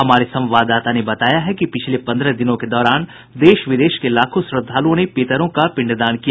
हमारे संवाददाता ने बताया है कि पिछले पंद्रह दिनों के दौरान देश विदेश के लाखों श्रद्धालुओं ने पितरों का पिंडदान किया